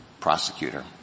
prosecutor